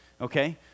okay